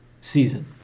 season